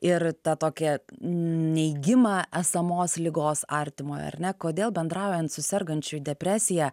ir tą tokią neigimą esamos ligos artimojo ar ne kodėl bendraujant su sergančiu depresija